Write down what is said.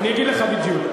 אני אגיד לך בדיוק.